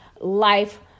life